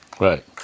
right